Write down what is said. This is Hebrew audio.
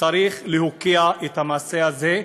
צריך להוקיע את המעשה הזה.